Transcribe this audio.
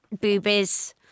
boobies